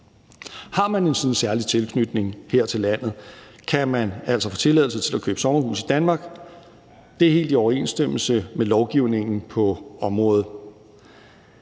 Har man en sådan særlig tilknytning her til landet, kan man altså få tilladelse til at købe sommerhus i Danmark – det er helt i overensstemmelse med lovgivningen på området.